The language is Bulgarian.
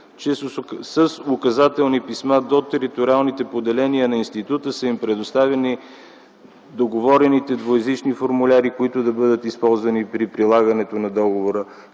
че с указателни писма до териториалните поделения на института са им предоставени договорените двуезични формуляри, които да бъдат използвани при прилагането на договора,